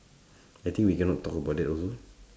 I think we cannot talk about that also